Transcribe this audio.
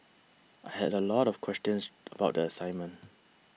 I had a lot of questions about the assignment